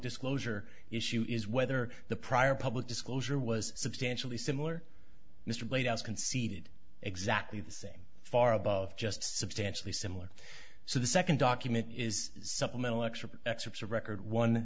disclosure issue is whether the prior public disclosure was substantially similar mr played as conceded exactly the same far above just substantially similar so the second document is supplemental excerpt excerpts of record one